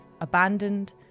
Abandoned